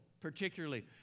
particularly